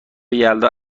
یلدا